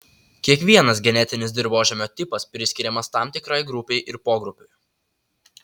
kiekvienas genetinis dirvožemio tipas priskiriamas tam tikrai grupei ir pogrupiui